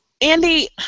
Andy